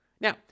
Now